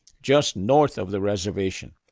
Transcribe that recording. just north of the reservation.